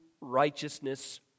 righteousness